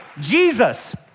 Jesus